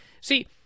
see